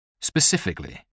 specifically